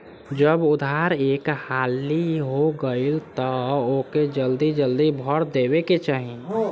जब उधार एक हाली हो गईल तअ ओके जल्दी जल्दी भर देवे के चाही